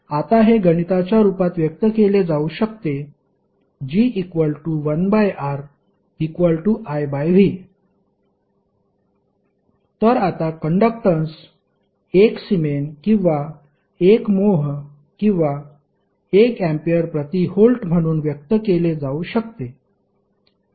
आता हे गणिताच्या रूपात व्यक्त केले जाऊ शकते G1Riv तर आता कंडक्टन्स 1 सीमेन किंवा 1 मोह किंवा 1 अँपिअर प्रति व्होल्ट म्हणून व्यक्त केले जाऊ शकते